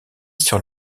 sur